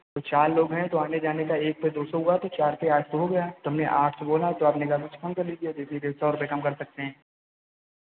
तो चार लोग हैं तो आने जाने का एक पे दो सौ हुआ तो चार पे आठ सौ हो गया तो हमने आठ सौ बोला तो आपने कहाँ कुछ कम कर लीजिए देखिए सिर्फ सौ रुपये कम कर सकते हैं